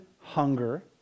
hunger